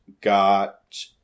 got